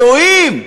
אלוהים.